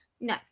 No